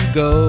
go